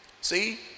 See